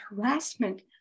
harassment